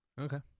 Okay